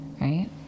right